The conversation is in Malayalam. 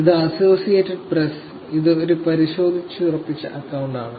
ഇതാ അസോസിയേറ്റഡ് പ്രസ്സ് ഇത് ഒരു പരിശോധിച്ചുറപ്പിച്ച അക്കൌണ്ട് ആണ്